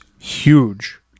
huge